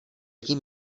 tím